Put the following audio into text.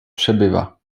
przebywa